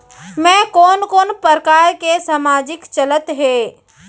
मैं कोन कोन प्रकार के सामाजिक चलत हे?